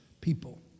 people